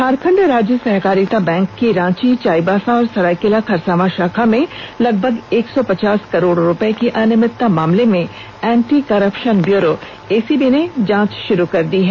झारखंड राज्य सहकारिता बैंक की रांची चाईबासा और सरायकेला खरसांवा शाखा में लगभग एक सौ पचास करोड़ रुपए की अनियमितता मामले में एंटी करप्शन ब्यूरो एसीबी ने जांच शुरू कर दी है